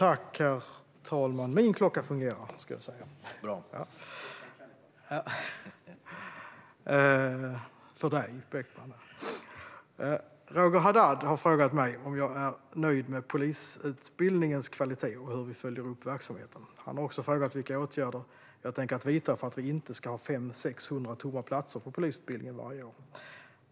Herr talman! Roger Haddad har frågat mig om jag är nöjd med polisutbildningens kvalitet och hur vi följer upp verksamheten. Han har också frågat vilka åtgärder jag tänker vidta för att vi inte ska ha 500-600 tomma platser på polisutbildningen varje år.